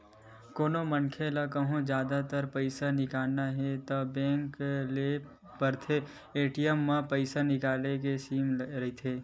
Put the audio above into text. कोनो मनखे ल कहूँ जादा मातरा म पइसा निकालना हे त बेंक जाए ल परथे, ए.टी.एम म पइसा निकाले के सीमा रहिथे